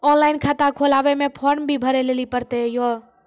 Online खाता खोलवे मे फोर्म भी भरे लेली पड़त यो?